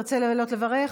תרצה לעלות לברך?